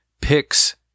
picks